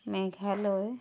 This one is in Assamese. মেঘালয়